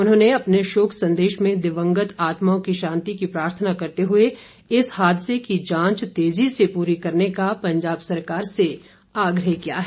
उन्होंने अपने शोक संदेश में दिवंगत आत्माओं की शांति की प्रार्थना करते हए इस हादसे की जांच तेजी से पूरी करने का पंजाब सरकार से आग्रह किया है